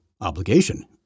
obligation –